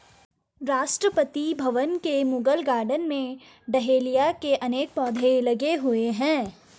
राष्ट्रपति भवन के मुगल गार्डन में डहेलिया के अनेक पौधे लगे हुए हैं